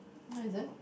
nice uh